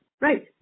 right